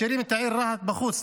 משאירים את העיר רהט בחוץ.